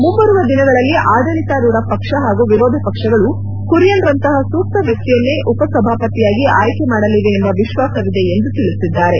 ಮುಂಬರುವ ದಿನಗಳಲ್ಲಿ ಆಡಳಿತಾರೂಢ ಪಕ್ಷ ಪಾಗೂ ವಿರೋಧ ಪಕ್ಷಗಳು ಕುರಿಯನ್ ರಂತಹ ಸೂಕ್ತ ವ್ಯಕ್ತಿಯನ್ನೇ ಉಪ ಸಭಾಪತಿಯಾಗಿ ಆಯ್ಕೆ ಮಾಡಲಿವೆ ಎಂಬ ವಿಶ್ವಾಸವಿದೆ ಎಂದು ತಿಳಿಸಿದ್ದಾರೆ